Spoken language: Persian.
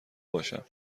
باشم